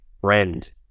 friend